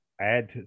add